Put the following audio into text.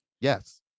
yes